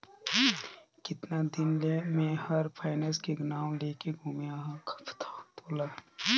केतना दिन ले मे हर फायनेस के नाव लेके घूमें अहाँ का बतावं तोला